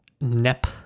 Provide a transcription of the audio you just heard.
nep